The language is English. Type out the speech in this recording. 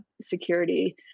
security